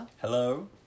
Hello